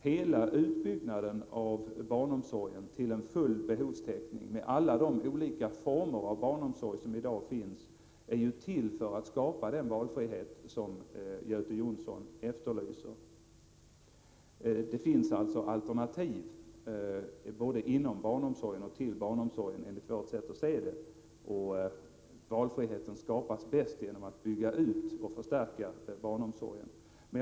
Hela utbyggnaden av barnomsorgen till full behovstäckning, med alla de olika former av barnomsorg som i dag finns, är ju till för att skapa den valfrihet som Göte Jonsson efterlyser. Det finns alltså, enligt vårt sätt att se, alternativ både inom barnomsorgen och till barnomsorgen, och valfriheten skapas bäst genom en utbyggnad och förstärkning av barnomsorgen.